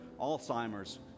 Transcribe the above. Alzheimer's